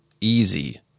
easy